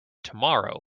tomorrow